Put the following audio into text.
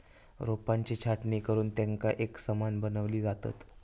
रोपांची छाटणी करुन तेंका एकसमान बनवली जातत